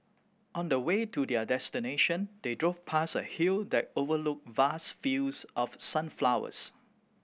on the way to their destination they drove past a hill that overlooked vast fields of sunflowers